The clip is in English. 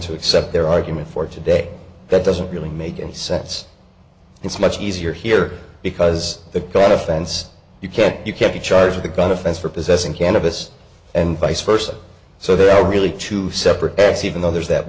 to accept their argument for today that doesn't really make any sense it's much easier here because the guy on offense you can't you can be charged with a gun offense for possessing cannabis and vice versa so there are really two separate acts even though there's that